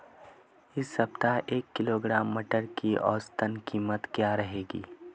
इस सप्ताह एक किलोग्राम मटर की औसतन कीमत क्या रहेगी?